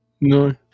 No